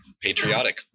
patriotic